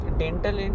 dental